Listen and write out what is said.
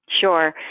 Sure